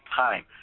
time